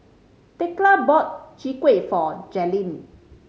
Thekla bought Chwee Kueh for Jaylene